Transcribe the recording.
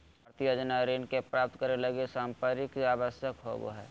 भारतीय योजना ऋण के प्राप्तं करे लगी संपार्श्विक आवश्यक होबो हइ